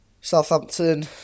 Southampton